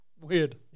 weird